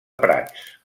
prats